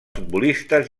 futbolistes